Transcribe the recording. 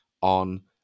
on